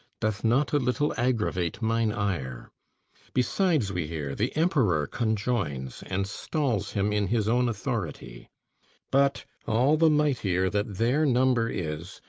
doth not a little aggravate mine ire besides, we hear, the emperor conjoins, and stalls him in his own authority but, all the mightier that their number is,